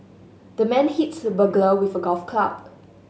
the man hits the burglar with a golf club